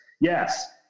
Yes